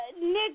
Nick